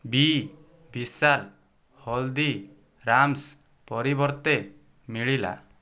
ବି ବିଶାଲ ହଳଦୀରାମ୍ସ୍ ପରିବର୍ତ୍ତେ ମିଳିଲା